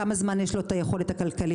כמה זמן תהיה לו את היכולת הכלכלית.